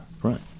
front